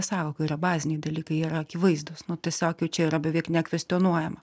sąvoka yra baziniai dalykai jie yra akivaizdūs nu tiesiog jau čia yra beveik nekvestionuojama